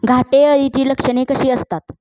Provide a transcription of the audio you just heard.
घाटे अळीची लक्षणे कशी असतात?